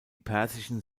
persischen